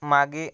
मागे